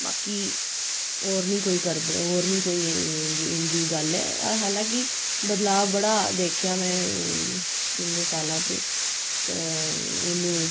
बाकी होर निं कोई करदा होर निं कोई एह् जेही गल्ल ऐ हालाकि बदलाव बड़ा दिक्खेआ में कि'न्ने साला च पर हून